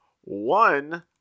one